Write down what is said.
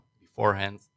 beforehand